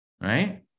right